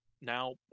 Now